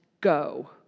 go